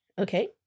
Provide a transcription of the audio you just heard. Okay